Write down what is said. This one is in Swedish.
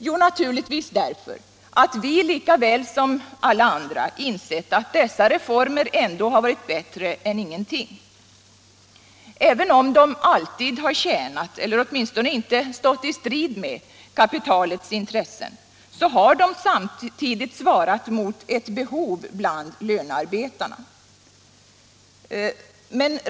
Jo, naturligtvis därför att vi lika väl som alla andra insett att dessa reformer har varit bättre än ingenting. Även om de alltid tjänat — eller åtminstone inte stått i strid med — kapitalets intressen, så har de samtidigt svarat mot ett behov bland lönarbetarna.